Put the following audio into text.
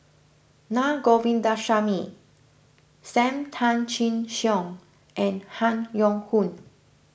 Na Govindasamy Sam Tan Chin Siong and Han Yong Hong